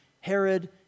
Herod